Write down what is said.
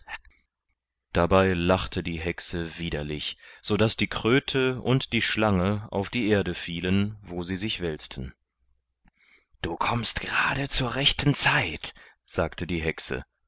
dabei lachte die hexe widerlich sodaß die kröte und die schlange auf die erde fielen wo sie sich wälzten du kommst gerade zur rechten zeit sagte die hexe